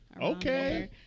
Okay